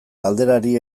galderari